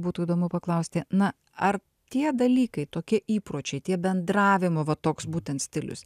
būtų įdomu paklausti na ar tie dalykai tokie įpročiai tie bendravimo va toks būtent stilius